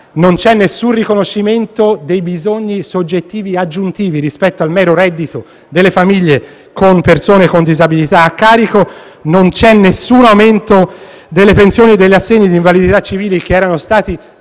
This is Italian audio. non c'è alcun riconoscimento dei bisogni soggettivi aggiuntivi rispetto al mero reddito delle famiglie con a carico persone con disabilità. Non c'è alcun aumento delle pensioni e degli assegni di invalidità civile, che era stato